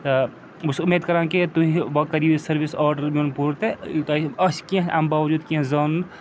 تہٕ بہٕ چھُس اُمید کَران کہِ تُہۍ وۄنۍ کٔرو یہِ سٔروِس آرڈَر میون پوٗرٕ تہٕ یہِ تۄہہِ آسہِ کیٚنٛہہ اَمہِ باوجوٗد کیٚنٛہہ زانُن